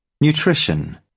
Nutrition